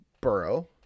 Burrow